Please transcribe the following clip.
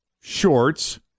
shorts